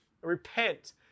repent